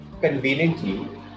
conveniently